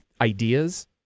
ideas